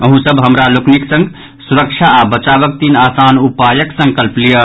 अहूँ सब हमरा लोकनिक संग सुरक्षा आ बचावक तीन आसान उपायक संकल्प लियऽ